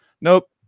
nope